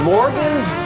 Morgan's